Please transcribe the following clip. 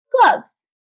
gloves